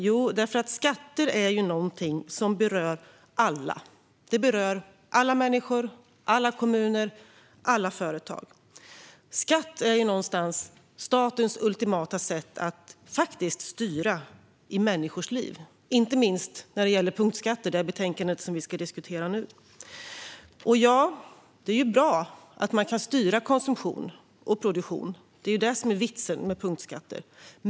Jo, därför att skatter är någonting som berör alla. De berör alla människor, alla kommuner och alla företag. Skatt är någonstans statens ultimata sätt att styra i människors liv. Det gäller inte minst punktskatter, som det betänkande vi nu ska diskutera behandlar. Det är bra att man kan styra konsumtion och produktion. Det är vitsen med punktskatter.